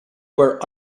were